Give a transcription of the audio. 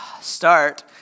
start